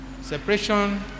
separation